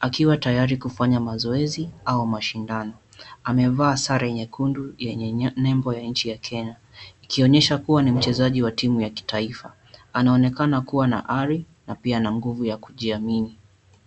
Akiwa tayari kufanya mazoezi au mashindano. Amevaa sare nyekundu yenye nembo ya inchi ya Kenya, ikionyesha kuwa ni mchezaji wa timu ya kitaifa. Anaonekana kuwa na ari, na pia na nguvu ya kujiamini.